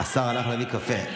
השר הלך להביא קפה.